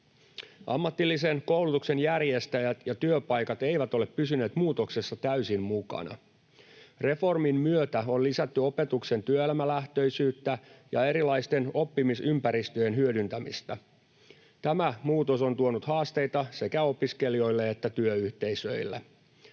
Ammatillisen koulutuksen järjestäjät ja työpaikat eivät ole pysyneet muutoksessa täysin mukana. Reformin myötä on lisätty opetuksen työelämälähtöisyyttä ja erilaisten oppimisympäristöjen hyödyntämistä. Tämä muutos on tuonut haasteita sekä opiskelijoille että työyhteisöille.